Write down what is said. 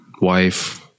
wife